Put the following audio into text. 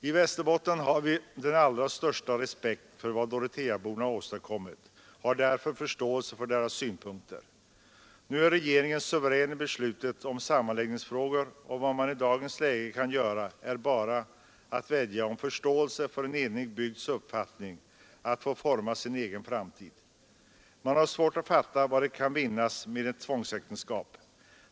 I Västerbotten har vi den allra största respekt för vad Doroteaborna åstadkommit och förstår därför deras synpunkter. Nu är regeringen suverän i besluten om sammanläggningsfrågor, och vad man i dagens läge kan göra är bara att vädja om förståelse för en enig bygds önskan att få forma sin egen framtid. Man har svårt att fatta vad som kan vinnas med ett tvångsäktenskap.